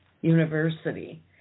university